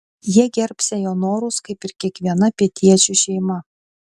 jie gerbsią jo norus kaip ir kiekviena pietiečių šeima